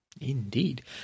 Indeed